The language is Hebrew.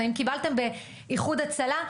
האם קיבלתם באחוד הצלה',